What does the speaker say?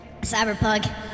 Cyberpunk